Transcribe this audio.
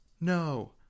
No